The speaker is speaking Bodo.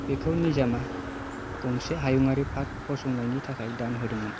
बेखौ निजोमा गंंसे हायुङारि पार्क फसंनायनि थाखाय दान होदोंमोन